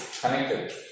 connected